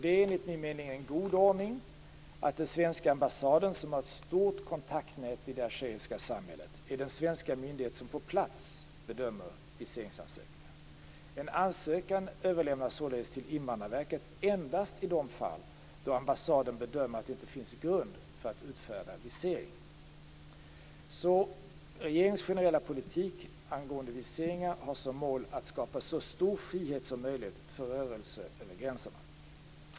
Det är enligt min mening en god ordning att den svenska ambassaden, som har ett stort kontaktnät i det algeriska samhället, är den svenska myndighet som på plats bedömer viseringsansökningar. En ansökan överlämnas således till Invandrarverket endast i de fall ambassaden bedömer att det inte finns grund för att utfärda visering. Regeringens generella politik angående viseringar har som mål att skapa så stor frihet som möjligt för rörelser över gränserna.